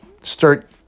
start